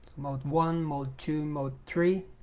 mode one mode two mode three